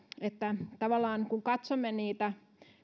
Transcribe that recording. että kun katsomme niitä